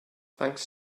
thanks